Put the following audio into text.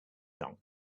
not